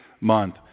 month